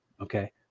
Okay